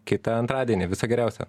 kitą antradienį viso geriausio